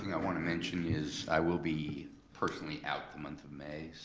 i wanna mention is i will be personally out the month of may.